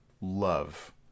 love